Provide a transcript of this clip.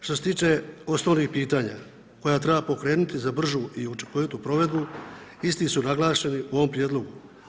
Što se tiče osnovnih pitanja koja treba pokrenuti za bržu i učinkovitu provedbu, isti su naglašeni u ovome prijedlogu.